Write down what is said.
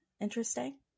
interesting